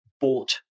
bought